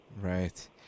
Right